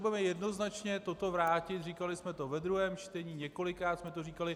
My usilujeme jednoznačně toto vrátit říkali jsme to ve druhém čtení, několikrát jsme to říkali.